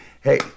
hey